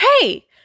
Hey